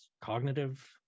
cognitive